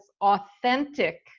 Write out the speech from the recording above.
authentic